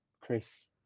Chris